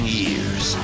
years